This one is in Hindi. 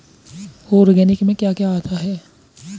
ऑर्गेनिक में क्या क्या आता है?